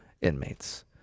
inmates